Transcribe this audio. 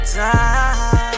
time